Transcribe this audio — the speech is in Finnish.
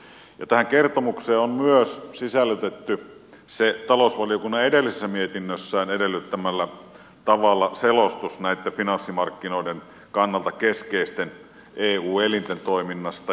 tähän kertomukseen on myös sisällytetty se talousvaliokunnan edellisessä mietinnössään edellyttämällä tavalla laadittu selostus näitten finanssimarkkinoiden kannalta keskeisten eu elinten toiminnasta